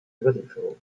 überlieferung